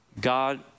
God